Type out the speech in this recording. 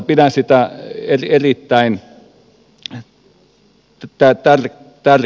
pidän sitä erittäin tärkeänä